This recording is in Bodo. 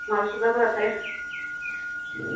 माल सुग्राफोरा थायो